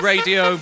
Radio